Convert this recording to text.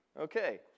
okay